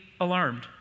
alarmed